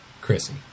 Chrissy